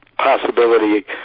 possibility